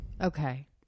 Okay